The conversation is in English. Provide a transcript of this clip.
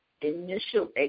initial